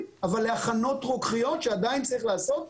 להכנות רוקחיות שעדיין צריך להיעשות.